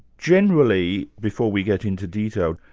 generally, before we get into detail,